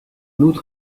outre